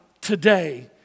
today